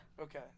Okay